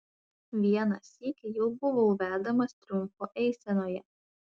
vieną sykį jau buvau vedamas triumfo eisenoje